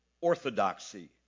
orthodoxy